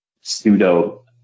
pseudo-